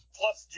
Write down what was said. plus